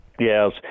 Yes